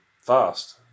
fast